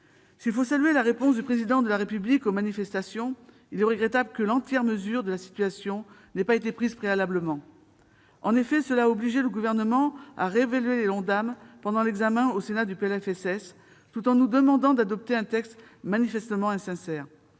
S'il faut saluer la réponse du Président de la République aux manifestations, il est regrettable que l'entière mesure de la situation n'ait pas été prise préalablement. En effet, cela a obligé le Gouvernement à réévaluer l'Ondam pendant l'examen au Sénat du PLFSS, tout en nous demandant d'adopter un texte manifestement insincère.